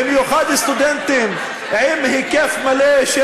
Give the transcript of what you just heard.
במיוחד סטודנטים בלימודים בהיקף מלא,